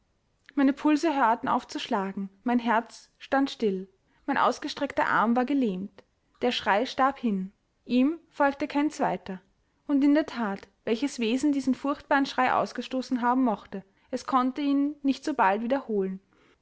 meine pulse hörten auf zu schlagen mein herz stand still mein ausgestreckter arm war gelähmt der schrei starb hin ihm folgte kein zweiter und in der that welches wesen diesen furchtbaren schrei ausgestoßen haben mochte es konnte ihn nicht so bald wiederholen